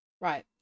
Right